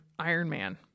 Ironman